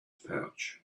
pouch